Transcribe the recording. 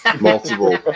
Multiple